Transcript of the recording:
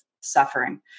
suffering